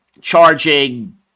charging